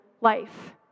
life